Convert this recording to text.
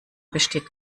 besteht